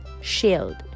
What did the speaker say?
shield